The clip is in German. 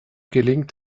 gelingt